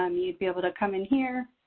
um you'd be able to come in here,